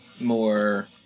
more